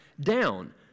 down